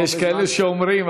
יש כאלה שאומרים,